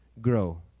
grow